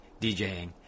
DJing